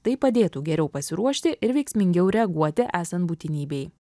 tai padėtų geriau pasiruošti ir veiksmingiau reaguoti esant būtinybei